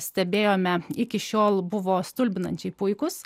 stebėjome iki šiol buvo stulbinančiai puikus